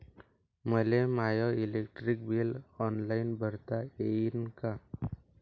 मले माय electric bill online भरता येईन का?